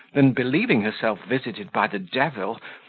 than, believing herself visited by the devil,